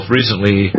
recently